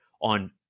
on